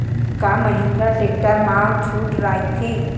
का महिंद्रा टेक्टर मा छुट राइथे?